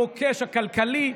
המוקש הכלכלי,